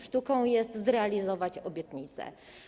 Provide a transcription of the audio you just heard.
Sztuką jest zrealizować obietnice.